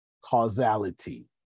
Causality